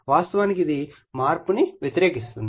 వాస్తవానికి ఇది మార్పును వ్యతిరేకిస్తుంది